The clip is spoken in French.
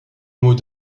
mot